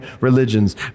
religions